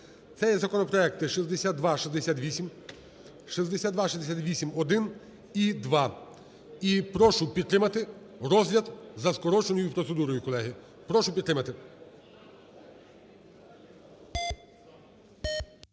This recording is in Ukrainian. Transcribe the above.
Це є законопроекти: 6268, 6268-1 і 2. І прошу підтримати розгляд за скороченою процедурою, колеги, прошу підтримати.